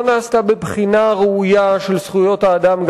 לא נעשתה בבחינה ראויה של זכויות האדם,